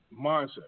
mindset